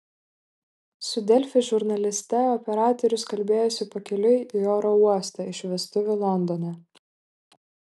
su delfi žurnaliste operatorius kalbėjosi pakeliui į oro uostą iš vestuvių londone